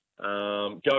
go